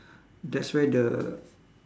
that's where the